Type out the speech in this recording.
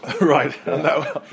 Right